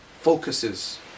focuses